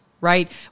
right